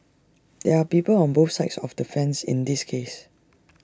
there are people on both sides of the fence in this case